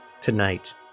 tonight